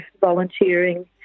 volunteering